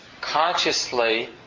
consciously